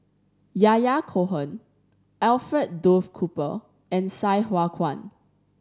Yahya Cohen Alfred Duff Cooper and Sai Hua Kuan